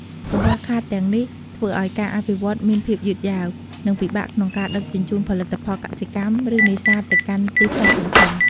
កង្វះខាតទាំងនេះធ្វើឱ្យការអភិវឌ្ឍន៍មានភាពយឺតយ៉ាវ និងពិបាកក្នុងការដឹកជញ្ជូនផលិតផលកសិកម្ម ឬនេសាទទៅកាន់ទីផ្សារធំៗ។